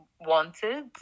wanted